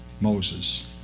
Moses